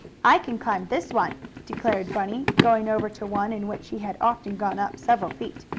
i can climb this one, declared bunny, going over to one in which he had often gone up several feet.